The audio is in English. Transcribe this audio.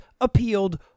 appealed